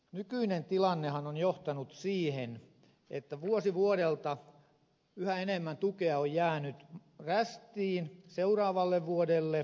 nykyinen tilannehan on johtanut siihen että vuosi vuodelta on yhä enemmän tukea jäänyt rästiin seuraavalle vuodelle